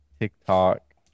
TikTok